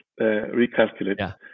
recalculate